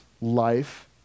life